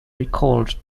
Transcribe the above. recalled